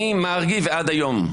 ממרגי ועד היום,